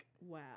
wow